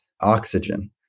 Oxygen